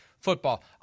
football